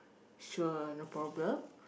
sure no problem